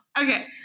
Okay